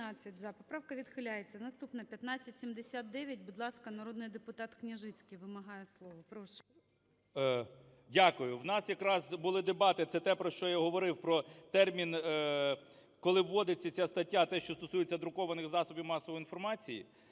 За-15 Поправка відхиляється. Наступна – 1579. Будь ласка, народний депутатКняжицький вимагає слово. Прошу. 11:46:38 КНЯЖИЦЬКИЙ М.Л. Дякую. У нас якраз були дебати. Це те, про що я говорив: про термін, коли вводиться ця стаття, те, що стосується друкованих засобів масової інформації.